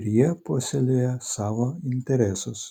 ir jie puoselėja savo interesus